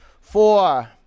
four